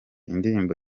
indirimbo